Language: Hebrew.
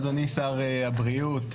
אדוני שר הבריאות,